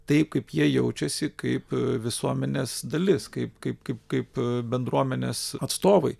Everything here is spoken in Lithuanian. taip kaip jie jaučiasi kaip visuomenės dalis kaip kaip kaip kaip bendruomenės atstovai